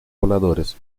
voladores